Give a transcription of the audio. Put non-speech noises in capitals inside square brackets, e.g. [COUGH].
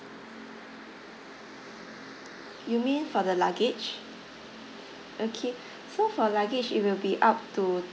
you mean for the luggage okay [BREATH] so for luggage it will be up